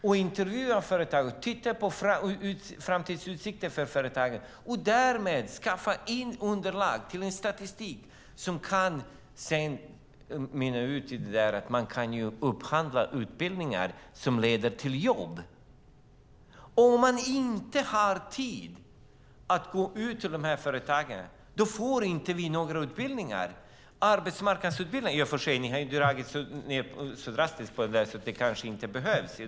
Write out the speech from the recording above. De intervjuar företagen och tittar på framtidsutsikter för dem. Därmed skaffar de underlag till en statistik som kan mynna ut i att man kan upphandla utbildningar som leder till jobb. Om arbetsförmedlarna inte har tid att gå ut till företagen får vi inte några arbetsmarknadsutbildningar. Ni har i och för sig dragit ned så drastiskt på det, så det kanske inte behövs.